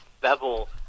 Bevel